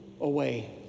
away